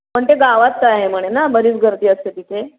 पण ते गावातच आहे म्हणे ना बरीच गर्दी असते तिथे